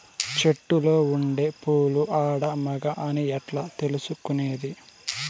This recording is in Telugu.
చెట్టులో ఉండే పూలు ఆడ, మగ అని ఎట్లా తెలుసుకునేది?